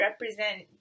represent